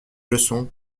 leçons